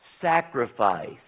sacrifice